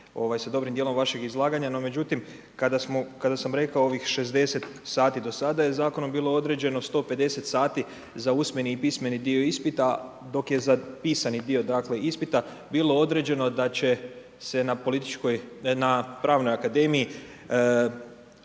sa dobrim dijelom vašeg izlaganja. No međutim, kada sam rekao ovih 60 sati do sada je zakonom bilo određeno 150 sati za usmeni i pismeni dio ispita dok je za pisani dio dakle ispita bilo određeno da će se na političkoj,